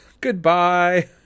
Goodbye